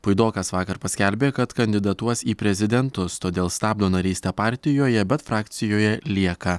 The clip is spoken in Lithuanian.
puidokas vakar paskelbė kad kandidatuos į prezidentus todėl stabdo narystę partijoje bet frakcijoje lieka